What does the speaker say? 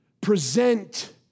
present